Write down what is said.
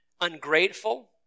ungrateful